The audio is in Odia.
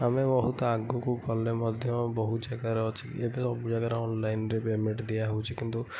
ଆମେ ବହୁତ ଆଗକୁ ଗଲେ ମଧ୍ୟ ବହୁ ଜାଗାରେ ଅଛି ଏବେ ସବୁ ଜାଗାରେ ଅନଲାଇନ୍ରେ ପେମେଣ୍ଟ ଦିଆହେଉଛି କିନ୍ତୁ